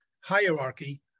hierarchy